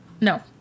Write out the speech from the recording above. No